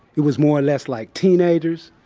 it was more or less like teenagers.